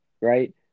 right